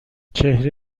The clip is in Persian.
چهره